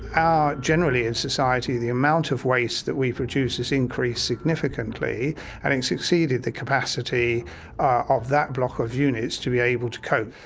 um generally in society the amount of waste that we produce is increased significantly and it's exceeded the capacity ah of that block of units to be able to cope.